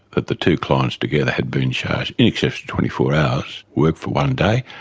that the two clients together had been charged in excess of twenty four hours' work for one day.